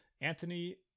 Anthony